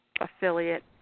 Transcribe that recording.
affiliate